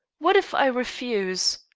what if i refuse?